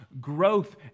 growth